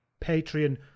Patreon